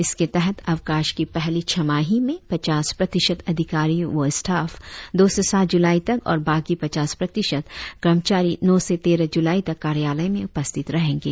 इसके तहत अवकाश कि पहली छमाही में पचास प्रतिशत अधिकारी व स्टाफ दो से सात जुलाई तक और बाकी पचास प्रतिशत कर्मचारी नौ से तेरह जुलाई तक कार्यालय में उपस्थित रहेंगे